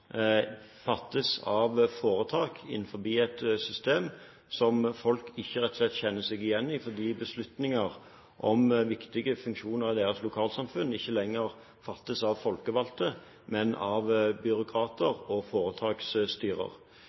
fattes av foretak innenfor et system som folk rett og slett ikke kjenner seg igjen i, fordi beslutninger om viktige funksjoner i deres lokalsamfunn ikke lenger fattes av folkevalgte, men av byråkrater og foretaksstyrer.